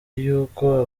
y’uko